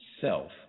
self